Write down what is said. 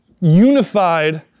unified